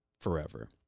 forever